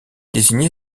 désignée